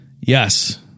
Yes